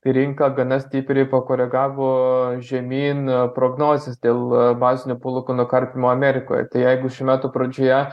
rinka gana stipriai pakoregavo žemyn prognozes dėl bazinių palūkanų karpymo amerikoj jeigu šių metų pradžioje